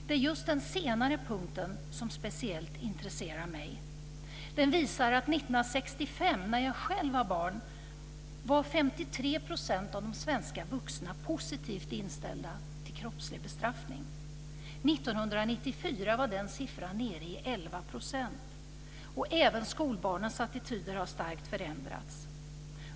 Det är just den senare punkten som speciellt intresserar mig. Den visar att 1965, när jag själv var barn, var 53 % av de svenska vuxna positivt inställda till kroppslig bestraffning. 1994 var den siffran nere i 11 %. Även skolbarnens attityder har starkt förändrats.